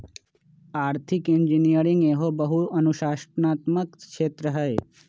आर्थिक इंजीनियरिंग एहो बहु अनुशासनात्मक क्षेत्र हइ